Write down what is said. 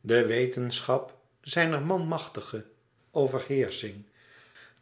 de wetenschap zijner manmachtige overheersching